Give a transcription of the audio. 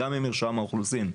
אלא גם ממרשם האוכלוסין,